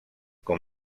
com